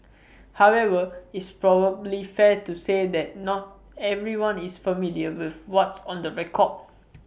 however is probably fair to say that not everyone is familiar with what's on the record